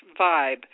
vibe